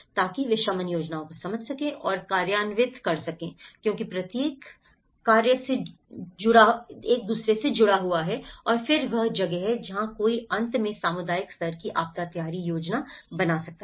ताकि वे शमन योजनाओं को समझ सकें और कार्यान्वित कर सकें क्योंकि प्रत्येक एक से जुड़ा हुआ है और फिर वह वह जगह है जहाँ कोई अंत में सामुदायिक स्तर की आपदा तैयारी योजना बना सकता है